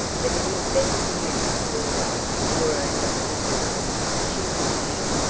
but it is best for you to await your own doctor's orders, she finished.